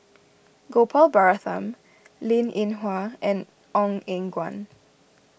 Gopal Baratham Linn in Hua and Ong Eng Guan